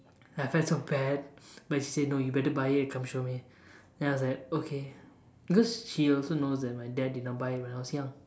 I felt so bad but she said no you better buy it and come show me then I was like okay because she also knows that my dad did not buy it when I was young